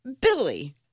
Billy